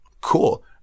cool